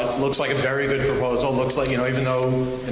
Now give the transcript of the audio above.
looks like a very good proposal. looks like you know even though, and